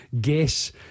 guess